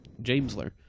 Jamesler